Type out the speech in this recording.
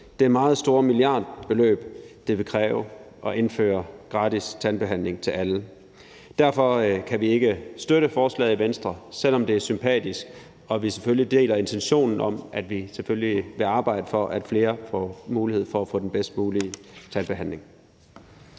det meget store milliardbeløb, det vil kræve at indføre gratis tandbehandling til alle. Derfor kan vi ikke støtte forslaget i Venstre, selv om det er sympatisk og vi selvfølgelig deler intentionen om, at vi skal arbejde for, at flere får mulighed for at få den bedst mulige tandbehandling.